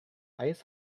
ice